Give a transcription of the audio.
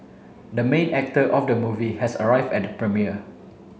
the main actor of the movie has arrived at the premiere